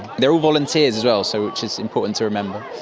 they are all volunteers as well, so which is important to remember.